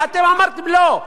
ואתם אמרתם לא.